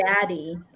daddy